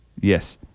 Yes